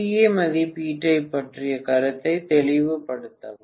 kVA மதிப்பீட்டைப் பற்றிய கருத்தை தெளிவுபடுத்தும்